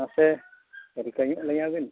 ᱱᱟᱥᱮ ᱦᱟᱞᱠᱟ ᱧᱚᱜ ᱞᱤᱧᱟ ᱵᱤᱱ